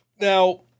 Now